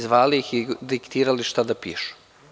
Zvali ih i diktirali šta da pišu.